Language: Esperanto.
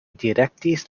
direktis